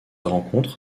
rencontre